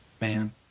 Man